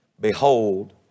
behold